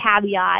caveat